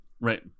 Right